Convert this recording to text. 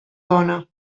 dona